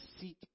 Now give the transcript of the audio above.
seek